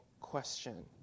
question